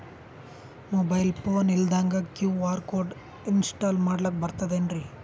Mobile phone ಇಲ್ದಂಗ QR code install ಮಾಡ್ಲಕ ಬರ್ತದೇನ್ರಿ?